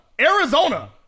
Arizona